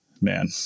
Man